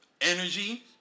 energy